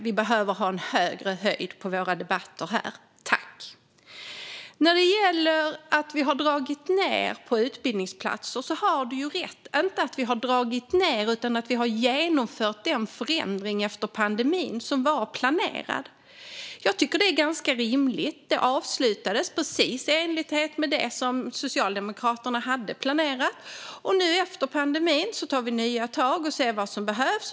Det behövs en högre höjd på debatterna här, tack! När det gäller antalet utbildningsplatser har ledamoten rätt - inte i att vi har dragit ned, men i att vi har genomfört den förändring efter pandemin som var planerad. Jag tycker att det är ganska rimligt. Det avslutades precis i enlighet med det Socialdemokraterna hade planerat, och nu efter pandemin tar vi nya tag och ser vad som behövs.